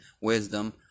wisdom